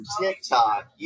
tiktok